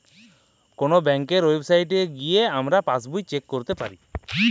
call ব্যাংকের ওয়েবসাইটে যাঁয়ে আমরা পাসবই চ্যাক ক্যইরতে পারি